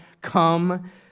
come